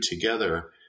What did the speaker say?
together